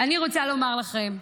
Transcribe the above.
אני רוצה לומר לכם,